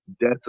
death